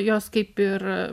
jos kaip ir